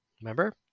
Remember